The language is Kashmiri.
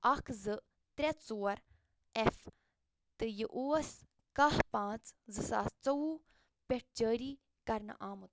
اکھ زٕ ترٛےٚ ژور اٮ۪ف تہٕ یہِ اوس کاہ پانٛژھ زٕ ساس ژۄوُہ پٮ۪ٹھ جٲری کرنہٕ آمُت